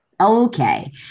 Okay